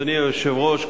אדוני היושב-ראש,